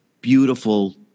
beautiful